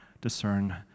discern